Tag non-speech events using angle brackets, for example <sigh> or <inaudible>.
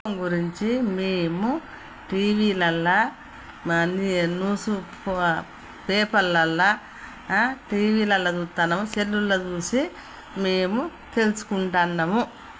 <unintelligible> గురించి మేము టీవీలల్లా మంది ఎన్నో సూప పేపర్లల్లా టీవీలలో చూస్తూన్నాం సెల్లుల్లో చూసి మేము తెలుసుకుంటున్నాము